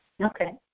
Okay